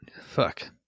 Fuck